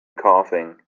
coughing